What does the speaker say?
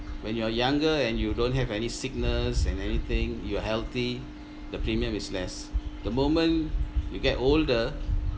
when you are younger and you don't have any sickness and anything you're healthy the premium is less the moment you get older